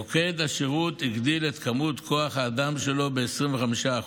מוקד השירות הגדיל את היקף כוח האדם שלו ב-25%,